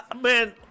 man